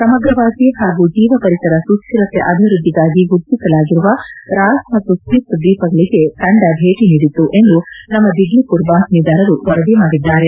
ಸಮಗ್ರವಾಗಿ ಹಾಗೂ ಜೀವ ಪರಿಸರ ಸುಸ್ವಿರತೆ ಅಭಿವೃದ್ದಿಗಾಗಿ ಗುರುತಿಸಲಾಗಿರುವ ರಾಸ್ ಮತ್ತು ಸ್ತಿತ್ ದ್ವೀಪಗಳಿಗೆ ತಂಡ ಭೇಟಿ ನೀಡಿತ್ತು ಎಂದು ನಮ್ನ ದಿಗ್ಲಿಪುರ್ ಬಾತ್ನೀದಾರರು ವರದಿ ಮಾಡಿದ್ದಾರೆ